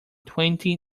twenty